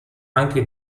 anche